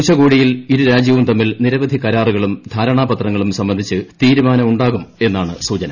ഉച്ചകോടിയിൽ ഇരുരാജ്യവും തമ്മിൽ നിരവധി കരാറുകളും ധാരണാപത്രങ്ങളും സംബന്ധിച്ച് തീരുമാനമുണ്ടാകുമെന്നാണ് സൂചന